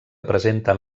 presenten